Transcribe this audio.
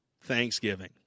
Thanksgiving